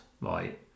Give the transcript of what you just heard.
right